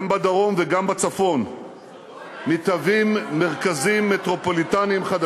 גם בדרום וגם בצפון מתהווים מרכזים מטרופוליניים חדשים.